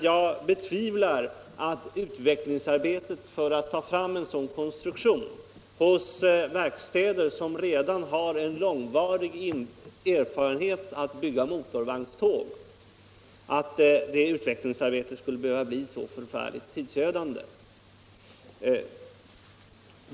Jag betvivlar att utvecklingsarbetet för att ta fram en sådan konstruktion hos verkstäder, som redan har lång erfarenhet av att bygga motorvagnståg, skulle behöva bli så förfärligt tidsödande.